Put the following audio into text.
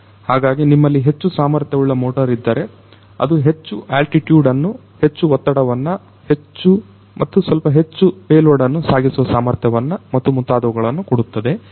ಹಾಗಾಗಿ ನಿಮ್ಮಲ್ಲಿ ಹೆಚ್ಚು ಸಾಮರ್ಥ್ಯವುಳ್ಳ ಮೋಟರ್ ಇದ್ದರೆ ಅದು ಹೆಚ್ಚು ಆಲ್ಟಿಟ್ಯುಡ್ ಅನ್ನು ಹೆಚ್ಚು ಒತ್ತಡವನ್ನು ಸ್ವಲ್ಪ ಹೆಚ್ಚು ಪೇಲೋಡ್ ಅನ್ನು ಸಾಗಿಸುವ ಸಾಮರ್ಥ್ಯವನ್ನು ಮತ್ತು ಮುಂತಾದವುಗಳನ್ನು ಕೊಡುತ್ತದೆ